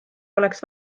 oleks